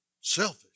Selfish